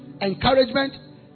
encouragement